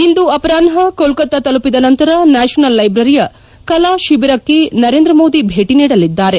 ಇಂದು ಅಪರಾಷ್ನ ಕೊಲ್ತತಾ ತಲುಪಿದ ನಂತರ ನ್ಯಾಷನಲ್ ಲೈಬ್ರರಿಯ ಕಲಾ ಶಿಬಿರಕ್ಕೆ ನರೇಂದ್ರ ಮೋದಿ ಭೇಟಿ ನೀಡಲಿದ್ದಾರೆ